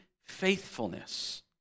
faithfulness